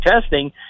testing